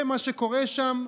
ומה שקורה שם,